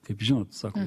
kaip žinot sako